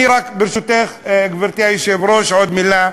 ברשותך, גברתי היושבת-ראש, עוד מילה.